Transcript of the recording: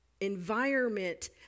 environment